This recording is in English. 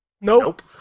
Nope